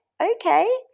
Okay